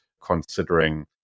considering